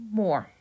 more